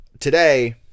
Today